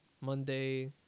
Monday